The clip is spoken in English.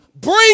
bring